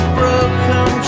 broken